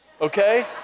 okay